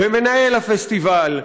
במנהל הפסטיבל,